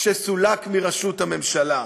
כשסולק מראשות הממשלה?